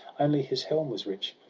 only his helm was rich,